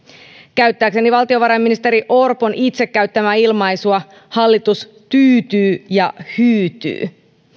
käyttääkseni valtiovarainministeri orpon itse käyttämää ilmaisua hallitus tyytyy ja hyytyy